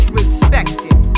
respected